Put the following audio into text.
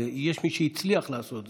ויש מי שהצליח לעשות זאת,